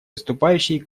выступающий